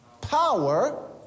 power